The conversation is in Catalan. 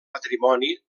matrimoni